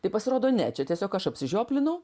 tai pasirodo ne čia tiesiog aš apsižioplinau